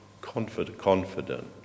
confident